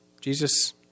Jesus